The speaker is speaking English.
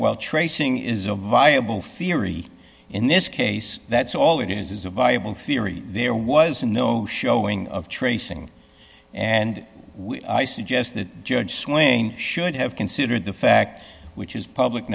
while tracing is a viable theory in this case that's all it is is a viable theory there was no showing of tracing and i suggest that judge swing should have considered the fact which is public